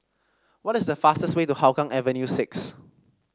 what is the fastest way to Hougang Avenue six